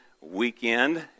Weekend